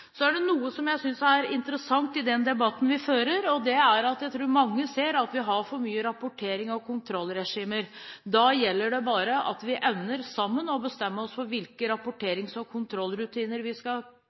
noe som jeg synes er interessant i den debatten vi fører, og det er at jeg tror mange ser at vi har for mye rapportering og kontrollregimer. Da gjelder det at vi sammen evner å bestemme oss for hvilke